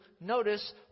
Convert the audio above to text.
notice